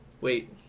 Wait